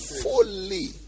fully